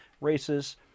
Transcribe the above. races